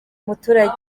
muturage